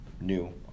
new –